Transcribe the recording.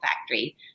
factory